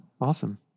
Awesome